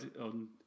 on